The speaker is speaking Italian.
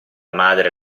madre